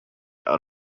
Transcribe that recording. out